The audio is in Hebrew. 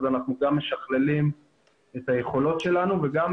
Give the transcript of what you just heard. אנחנו גם משכללים את היכולות שלנו וגם